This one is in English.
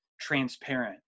transparent